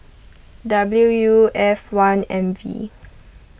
W U F one M V